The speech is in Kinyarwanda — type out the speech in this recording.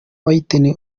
whitney